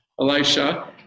Elisha